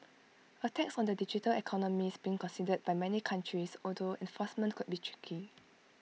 A tax on the digital economy is being considered by many countries although enforcement could be tricky